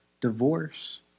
divorce